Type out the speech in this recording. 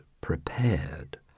prepared